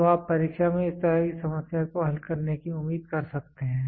तो आप परीक्षा में इस तरह की समस्याओं को हल करने की उम्मीद कर सकते हैं